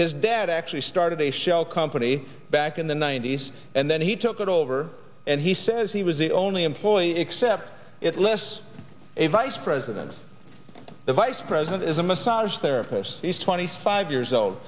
his dad actually started a shell company back in the ninety's and then he took over and he says he was the only employee except it's less a vice president the vice president is a massage therapist he's twenty five years old